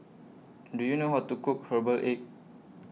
Do YOU know How to Cook Herbal Egg